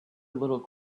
little